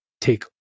take